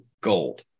gold